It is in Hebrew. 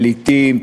פליטים,